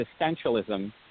existentialism